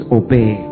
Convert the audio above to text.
obey